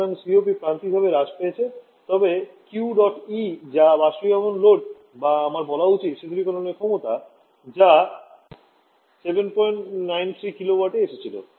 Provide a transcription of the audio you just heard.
সুতরাং COP প্রান্তিকভাবে হ্রাস পেয়েছে তবে QdotE যা বাষ্পীভবন লোড বা আমার বলা উচিত শীতলকরণের ক্ষমতা যা 793 kW এ এসেছিল